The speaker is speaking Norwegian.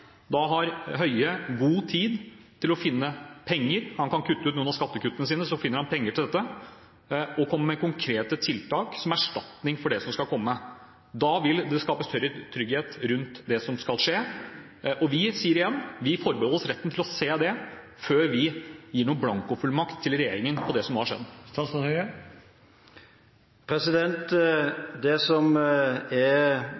Da har Høie god tid til å finne penger. Han kan kutte ut noen av skattekuttene sine – da finner han penger til dette – og komme med konkrete tiltak som erstatning for det som skal komme. Da vil det skapes større trygghet rundt det som skal skje. Vi sier igjen: Vi forbeholder oss retten til å se det, før vi gir noen blankofullmakt til regjeringen angående det som nå har skjedd. Det som er